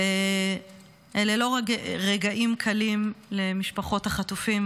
ואלה לא רגעים קלים למשפחות החטופים,